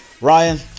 Ryan